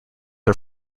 are